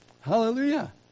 Hallelujah